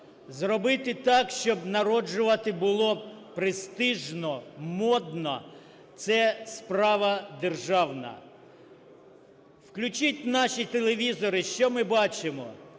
зробити так, щоб народжувати було б престижно, модно, – це справа державна. Включіть наші телевізори, що ми бачимо?